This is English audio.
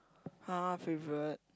[huh] favorite